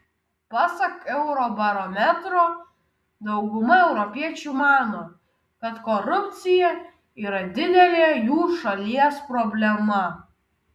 pasak eurobarometro dauguma europiečių mano kad korupcija yra didelė jų šalies problema